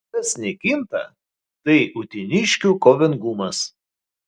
kas nekinta tai uteniškių kovingumas